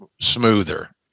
smoother